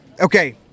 Okay